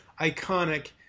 iconic